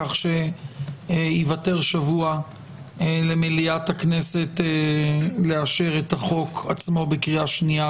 כך שיוותר שבוע למליאת הכנסת לאשר את החוק עצמו בקריאה שנייה